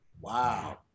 Wow